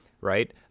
right